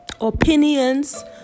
opinions